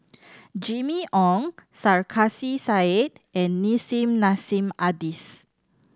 Jimmy Ong Sarkasi Said and Nissim Nassim Adis